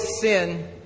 sin